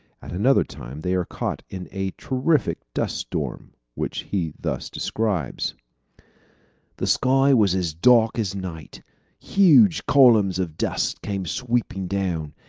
at another time they are caught in a terrific dust storm, which he thus describes the sky was as dark as night huge columns of dust came sweeping down,